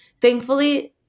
thankfully